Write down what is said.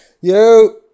Yo